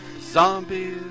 Zombies